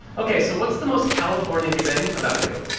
ok, so what's the most californian thing about you?